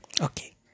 okay